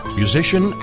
musician